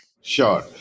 Sure